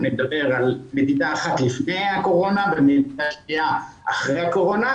אני מדבר על מדידה אחת לפני הקורונה ומדידה שניה אחרי הקורונה,